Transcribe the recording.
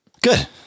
Good